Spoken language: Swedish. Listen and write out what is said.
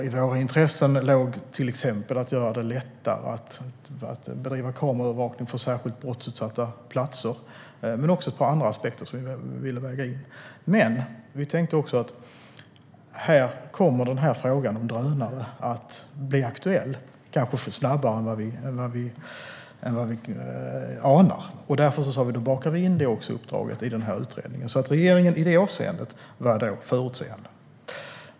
I våra intressen låg till exempel att göra det lättare att bedriva kameraövervakning på särskilt brottsutsatta platser men också ett par andra aspekter som vi ville väga in. Vi tänkte också att frågan om drönare kommer att bli aktuell - kanske snabbare än vad vi anar. Därför sa vi: Vi bakar in den också i uppdraget till utredningen. Regeringen var i det avseendet förutseende.